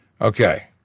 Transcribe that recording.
Okay